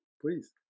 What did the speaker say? Please